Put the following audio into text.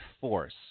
force